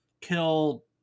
Kill